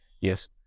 yes